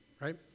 right